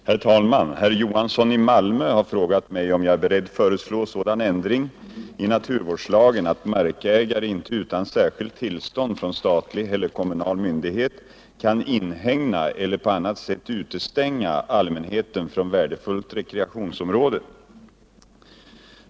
Herr talman! Herr Johansson i Malmö har frågat mig om jag är beredd föreslå sådan ändring i naturvårdslagen att markägare inte utan särskilt tillstånd från statlig eller kommunal myndighet kan inhägna eller på annat sätt utestänga allmänheten från värdefullt rekreationsområde.